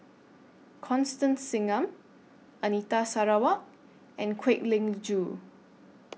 Constance Singam Anita Sarawak and Kwek Leng Joo